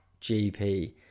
GP